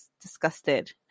Disgusted